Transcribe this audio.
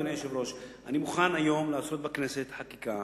אדוני היושב-ראש: אני מוכן היום לעשות בכנסת חקיקה